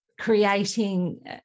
creating